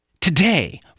today